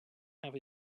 have